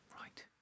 Right